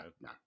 no